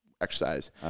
exercise